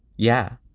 yeah.